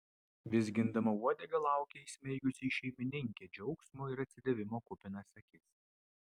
vizgindama uodegą laukė įsmeigusi į šeimininkę džiaugsmo ir atsidavimo kupinas akis